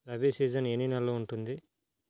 Rabi season ఎన్ని నెలలు ఉంటుంది?